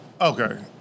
okay